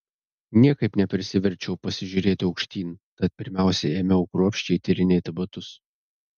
niekaip neprisiverčiau pasižiūrėti aukštyn tad pirmiausia ėmiau kruopščiai tyrinėti batus